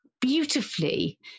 beautifully